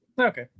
Okay